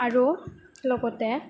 আৰু লগতে